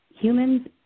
humans